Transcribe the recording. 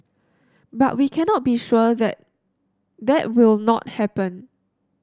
but we cannot be sure that that will not happen